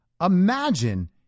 Imagine